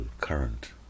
current